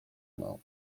mną